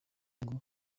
ngo